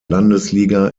landesliga